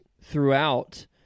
throughout